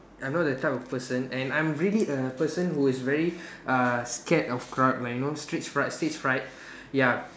I'm not that type of person and I'm really a person who is very uh scared of crowd like you know stage fright stage fright ya